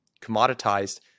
commoditized